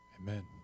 Amen